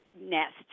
Nest